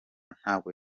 ntabwo